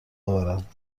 آورند